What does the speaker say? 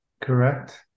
correct